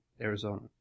Arizona